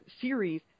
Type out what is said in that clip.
series